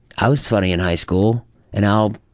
i was funny in high school and now,